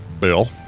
Bill